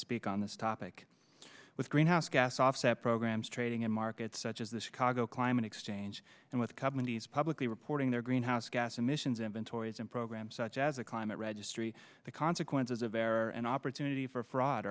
speak on this topic with greenhouse gas offset programs trading in markets such as this ca go climate exchange and with companies publicly reporting their greenhouse gas emissions inventories and programs such as a climate registry the consequences of air and opportunity for fraud